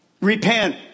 repent